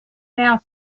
now